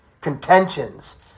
contentions